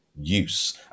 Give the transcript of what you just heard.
use